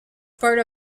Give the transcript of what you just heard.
part